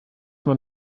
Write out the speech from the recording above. man